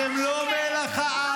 הטייסים מלח הארץ, אתם לא מלח הארץ.